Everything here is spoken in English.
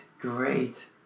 great